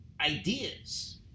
ideas